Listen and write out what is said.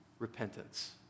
Repentance